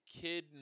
kid